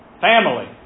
family